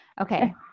Okay